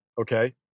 okay